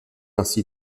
ainsi